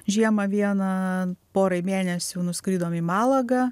žiemą vieną porai mėnesių nuskridom į malagą